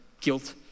guilt